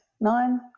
nine